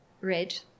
red